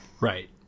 Right